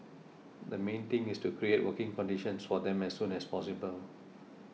the main thing is to create working conditions for them as soon as possible